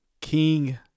King